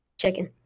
chicken